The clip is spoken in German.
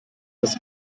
das